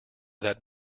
that